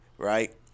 Right